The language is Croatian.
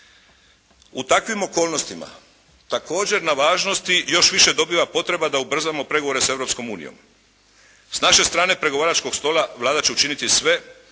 U takvim okolnostima također na važnosti još više dobiva potrebe da ubrzamo pregovore sa Europskom unijom. S naše strane pregovaračkog stola Vlada će učiniti sve